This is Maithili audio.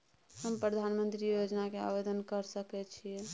हम प्रधानमंत्री योजना के आवेदन कर सके छीये?